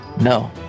no